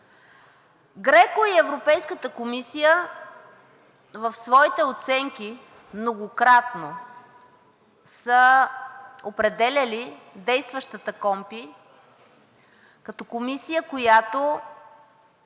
ГРЕКО и Европейската комисия в своите оценки многократно са определяли действащата КПКОНПИ като комисия, която